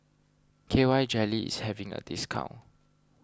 K Y Jelly is having a discount